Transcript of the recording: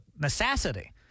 necessity